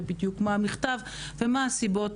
מה המכתב ומה הסיבות